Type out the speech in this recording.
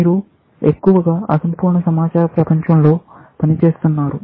మీరు ఎక్కువగా అసంపూర్ణ సమాచార ప్రపంచంలో పనిచేస్తున్నారు